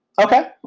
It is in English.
Okay